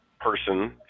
person